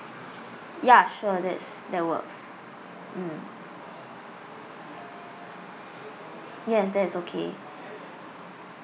ya sure that's that works mm yes that is okay